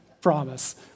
promise